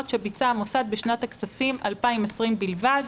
שביצע המוסד בשנת הכספים 2020 בלבד.